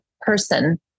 person